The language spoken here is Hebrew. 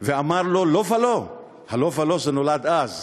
ואמר לו: "לא ולא" ה"לא ולא" זה נולד אז,